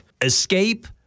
Escape